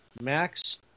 max